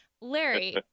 Larry